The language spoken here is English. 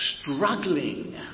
struggling